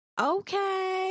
okay